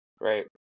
right